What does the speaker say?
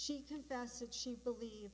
she said she believed